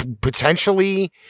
potentially